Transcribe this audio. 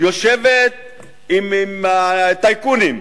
יושבת עם הטייקונים,